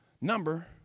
number